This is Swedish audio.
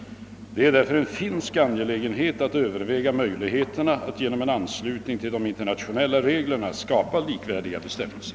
Det är därför en finsk angelägenhet att överväga möjligheterna att genom en anslutning till de internationella reglerna skapa likvärdiga bestämmelser.